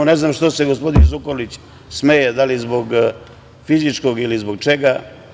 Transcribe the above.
Ne znam što se gospodin Zukorlić smeje, da li zbog fizičkog ili zbog čega.